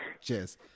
Cheers